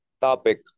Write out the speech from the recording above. topic